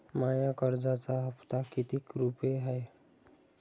माया कर्जाचा हप्ता कितीक रुपये हाय?